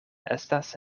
estas